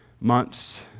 months